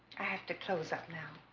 have to close up now